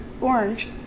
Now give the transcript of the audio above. orange